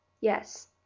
Yes